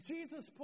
Jesus